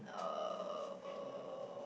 oh